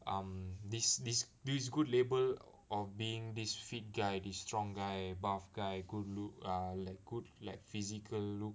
um this this this good label of being this fit guy this strong guy buff guy good look ah like good like physical look